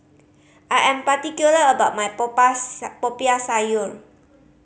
I am particular about my Popiah Sayur